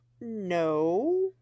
No